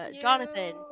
jonathan